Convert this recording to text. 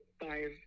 five